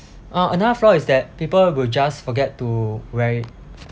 uh another flaw is that people will just forget to wear it